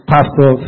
Pastor